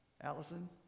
Allison